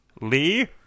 Lee